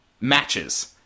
matches